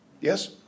Yes